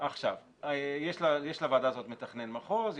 יש לוועדה הזאת מתכנן מחוז,